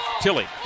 Tilly